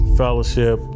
fellowship